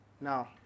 Now